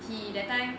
he that time